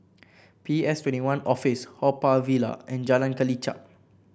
P S Twenty One Office Haw Par Villa and Jalan Kelichap